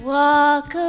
walk